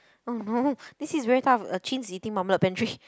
oh no this is very tough pantry